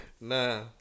nah